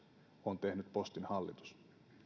on tehnyt postin hallitus mutta